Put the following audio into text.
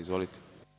Izvolite.